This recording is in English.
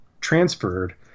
transferred